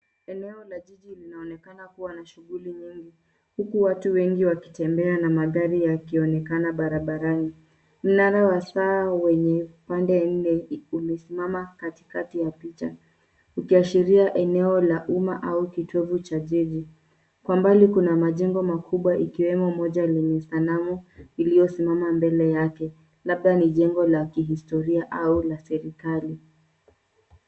Eneo la jiji linaonekana kuwa na shughuli nyingi huku watu wengi wakitembea na magari yakionekana barabarani. Mnara wa saa wenye pande nne umesimama katikati ya picha ukiashiria eneo la umma au kitovu cha jini. Kwa mbali kuna majengo makubwa ikiwemo moja lenye sanamu iliyosimama mbele yake labda ni jengo la kihistoria au la serikali.